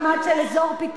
עומד לדין על כך